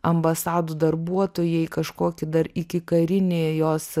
ambasadų darbuotojai kažkokį dar ikikarinį jos